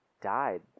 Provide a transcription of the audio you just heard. died